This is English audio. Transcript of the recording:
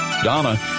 Donna